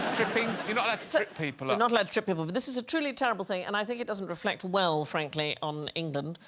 tripping you're not like people are not allowed to trip people but this is a truly terrible thing and i think it doesn't reflect well frankly on england.